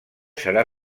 serà